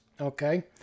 Okay